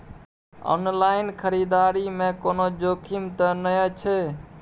Online खरीददारी में कोनो जोखिम त नय छै?